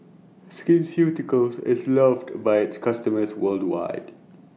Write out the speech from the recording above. Skin Ceuticals IS loved By its customers worldwide